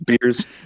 Beers